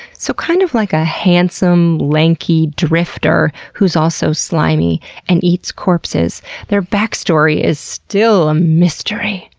so kind of like a handsome, lanky drifter, who is also slimy and eats corpses their backstory is still a mystery.